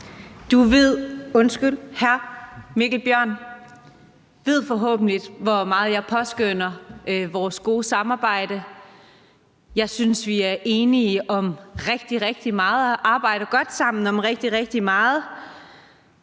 (LA): Tak. Hr. Mikkel Bjørn ved forhåbentlig, hvor meget jeg påskønner vores gode samarbejde. Jeg synes, vi er enige om rigtig, rigtig meget og arbejder godt sammen om rigtig, rigtig meget.